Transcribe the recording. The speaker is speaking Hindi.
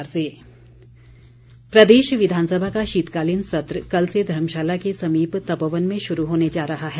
विधानसभा प्रदेश विधानसभा का शीतकालीन सत्र कल से धर्मशाला के समीप तपोवन में शुरू होने जा रहा है